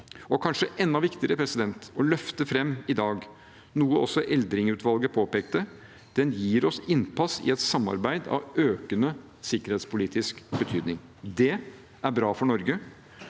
Kanskje enda viktigere å løfte fram i dag er noe som også Eldring-utvalget påpekte: Den gir oss innpass i et samarbeid av økende sikkerhetspolitisk betydning. Det er bra for Norge.